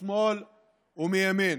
משמאל ומימין,